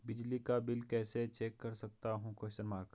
बिजली का बिल कैसे चेक कर सकता हूँ?